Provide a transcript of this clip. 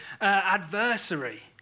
adversary